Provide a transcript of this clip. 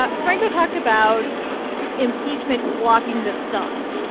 ah franco talked about impeachment blocking the sun.